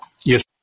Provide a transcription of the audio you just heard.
Yes